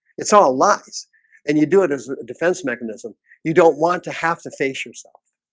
it's all lies and you do it as a defense mechanism you don't want to have to face yourself.